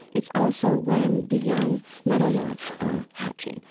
it's also when the young meadowlarks are hatching.